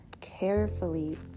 carefully